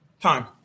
time